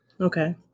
Okay